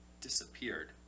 disappeared